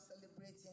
celebrating